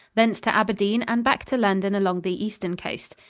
thence to aberdeen and back to london along the eastern coast.